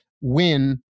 win